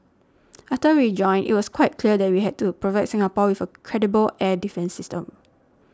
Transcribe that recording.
after we joined it was quite clear that we had to provide Singapore with a credible air defence system